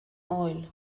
oil